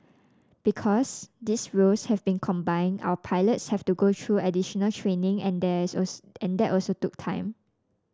because these roles have been combined our pilots have to go through additional training and that also that also took time